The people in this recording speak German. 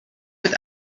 mit